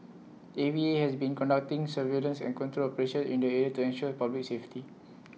A V A has been conducting surveillance and control operations in the area to ensure public safety